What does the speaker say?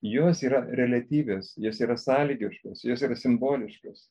jos yra reliatyvios jos yra sąlygiškos jos yra simboliškos